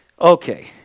Okay